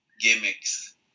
gimmicks